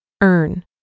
Earn